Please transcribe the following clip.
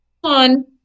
one